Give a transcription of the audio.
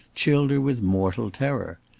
chilled her with mortal terror.